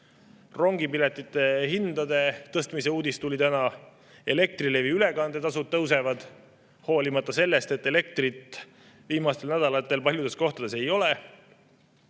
Rongipiletite hindade tõstmise uudis tuli täna. Elektrilevi ülekandetasud tõusevad, hoolimata sellest, et elektrit viimastel nädalatel paljudes kohtades ei ole